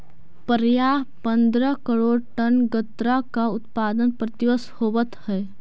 प्रायः पंद्रह करोड़ टन गन्ना का उत्पादन प्रतिवर्ष होवत है